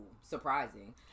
surprising